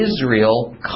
Israel